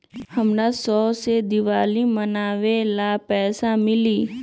हमरा शव के दिवाली मनावेला पैसा मिली?